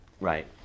Right